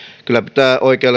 kyllä pitää oikeaa